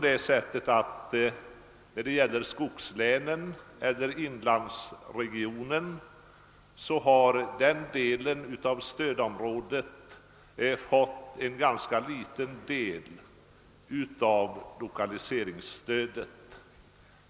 Den del av stödområdet som omfattar skogslänen eller inlandsregionen har fått en liten del av lokaliseringsstödet.